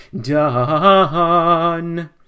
done